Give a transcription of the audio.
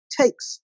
takes